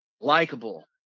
likable